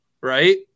right